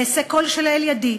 ואעשה כל שלאל ידי,